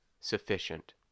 sufficient